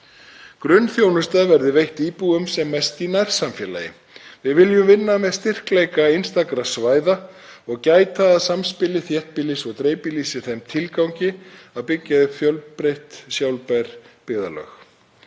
Grunnþjónusta verði sem mest veitt íbúum í nærsamfélaginu. Við viljum vinna með styrkleika einstakra svæða og gæta að samspili þéttbýlis og dreifbýlis í þeim tilgangi að byggja upp fjölbreytt sjálfbær byggðarlög.